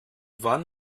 wann